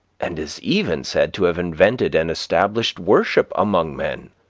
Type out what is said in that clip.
and is even said to have invented and established worship among men.